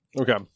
Okay